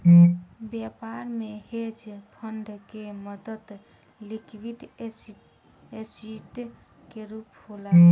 व्यापार में hedge fund के मदद लिक्विड एसिड के रूप होला